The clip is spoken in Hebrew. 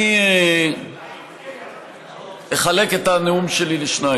אני אחלק את הנאום שלי לשניים.